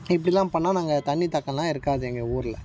இப்படில்லாம் பண்ணால் நாங்கள் தண்ணி தாக்கம்லாம் இருக்காது எங்கள் ஊரில்